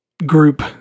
group